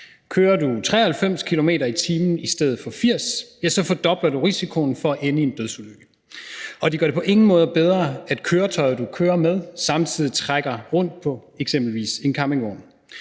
Kører du 93 km/t. i stedet for 80, fordobler du risikoen for at ende i en dødsulykke. Og det gør det på ingen måde bedre, at køretøjet, du kører i, samtidig trækker rundt på eksempelvis